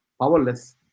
powerless